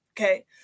okay